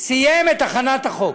סיים את הכנת החוק,